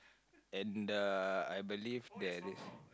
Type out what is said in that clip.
and I believe that is